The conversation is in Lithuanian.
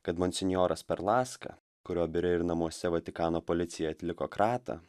kad monsinjoras perlaska kurio biure ir namuose vatikano policija atliko kratą